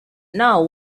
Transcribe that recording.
now